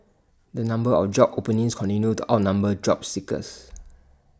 the number of job openings continued to outnumber job seekers